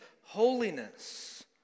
holiness